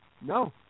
No